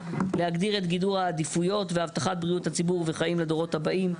להגדיר את גידור העדיפויות והבטחת בריאות הציבור וחיים לדורות הבאים.